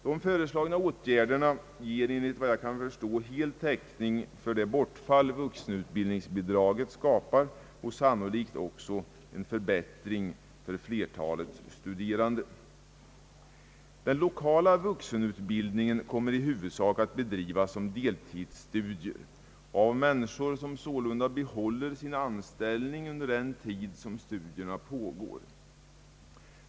De föreslagna åtgärderna ger, enligt vad jag kan förstå, hel täckning för det bortfall som skapas genom slopandet av vuxenutbildningsbidraget och sannolikt också en förbättring för flertalet studerande. Den lokala vuxenutbildningen kommer i huvudsak att bedrivas såsom deltidsstudier av personer, som sålunda behåller sin anställning under den tid studierna pågår.